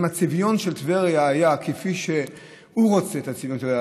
אם הצביון של טבריה היה כפי שהוא רוצה את הצביון שלה,